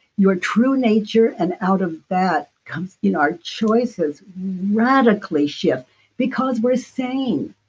your true nature. and out of that, comes. you know our choices radically shift because we're saying,